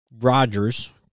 Rodgers